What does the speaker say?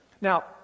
Now